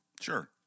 Sure